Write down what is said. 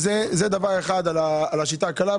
זה דבר אחד, על השיטה הקלה.